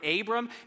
Abram